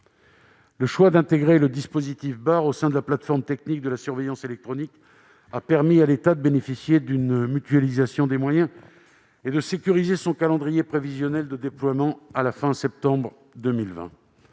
Le choix d'intégrer ce dispositif au sein de la plateforme technique de la surveillance électronique a permis à l'État de bénéficier d'une mutualisation des moyens et de sécuriser son calendrier prévisionnel de déploiement à la fin du mois de septembre 2020.